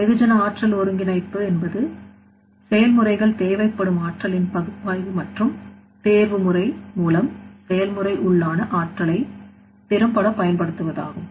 வெகுஜன ஆற்றல் ஒருங்கிணைப்பு என்பது செயல்முறைகள் தேவைப்படும் ஆற்றலின் பகுப்பாய்வு மற்றும் தேர்வு முறை மூலம் செயல்முறை உள்ளான ஆற்றலை திறம்பட பயன்படுத்துவதாகும்